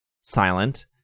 silent